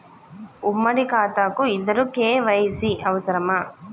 ఉమ్మడి ఖాతా కు ఇద్దరు కే.వై.సీ అవసరమా?